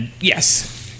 yes